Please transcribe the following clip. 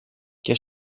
και